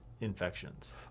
infections